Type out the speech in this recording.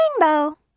Rainbow